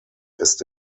ist